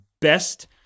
best